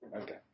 Okay